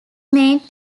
made